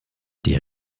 der